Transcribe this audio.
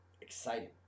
Exciting